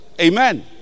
Amen